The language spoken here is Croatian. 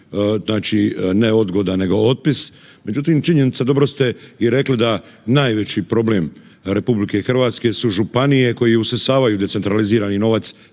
znači ne odgoda nego otpis. Međutim, činjenica, dobro ste i rekli da najveći problem RH su županije koje usisavaju decentralizirani novac